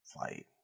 fight